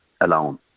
alone